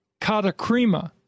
katakrima